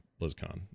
BlizzCon